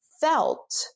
felt